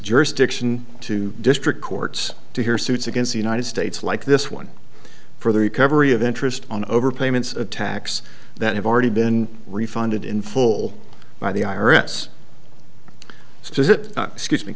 jurisdiction to district courts to hear suits against the united states like this one for the recovery of interest on overpayments attacks that have already been refunded in full by the i r s says it excuse me